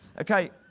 okay